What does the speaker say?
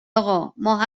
اقا، ما